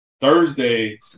Thursday